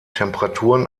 temperaturen